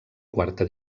quarta